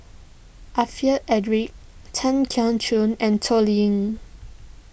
Alfred Eric Tan Keong Choon and Toh Liying